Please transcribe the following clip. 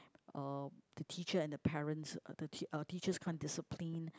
uh the teacher and the parents the uh teachers can't discipline